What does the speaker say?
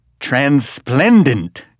transplendent